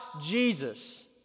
Jesus